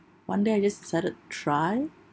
one day I just decided to try